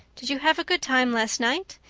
did you have a good time last night?